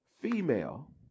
female